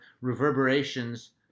reverberations